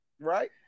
Right